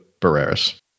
Barreras